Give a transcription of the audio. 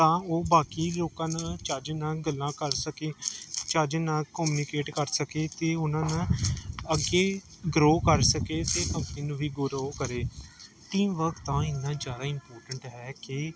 ਤਾਂ ਉਹ ਬਾਕੀ ਲੋਕਾਂ ਨਾਲ ਚੱਜ ਨਾਲ ਗੱਲਾਂ ਕਰ ਸਕੇ ਚੱਜ ਨਾਲ ਕੋਮਨੀਕੇਟ ਕਰ ਸਕੇ ਅਤੇ ਉਹਨਾਂ ਨਾਲ ਅੱਗੇ ਗਰੋਅ ਕਰ ਸਕੇ ਅਤੇ ਕੰਪਨੀ ਨੂੰ ਵੀ ਗਰੋਅ ਕਰੇ ਟੀਮ ਵਰਕ ਤਾਂ ਇੰਨਾ ਜ਼ਿਆਦਾ ਇਮਪੋਰਟੇਂਟ ਹੈ ਕਿ